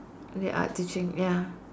the art teaching ya